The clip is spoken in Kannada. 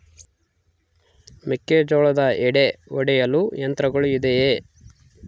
ಮೆಕ್ಕೆಜೋಳದ ಎಡೆ ಒಡೆಯಲು ಯಂತ್ರಗಳು ಇದೆಯೆ?